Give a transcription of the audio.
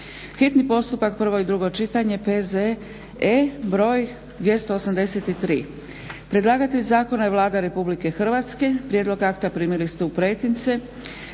hitni postupak, prvo i drugo čitanje, P.Z.E. br. 283. Predlagatelj zakona je Vlada Republike Hrvatske. Prijedlog akta primili ste u pretince.